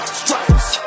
stripes